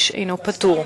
איש אינו פטור.